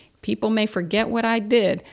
people may forget what i did,